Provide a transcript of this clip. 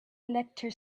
lecter